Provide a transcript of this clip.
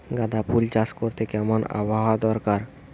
গাঁদাফুল চাষ করতে কেমন আবহাওয়া দরকার?